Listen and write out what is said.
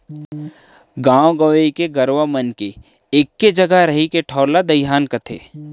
गॉंव गंवई के गरूवा मन के एके जघा रहें के ठउर ला दइहान कथें